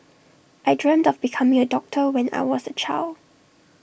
I dreamt of becoming A doctor when I was A child